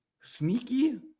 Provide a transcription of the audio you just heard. sneaky